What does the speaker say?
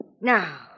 Now